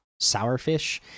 sourfish